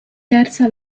terza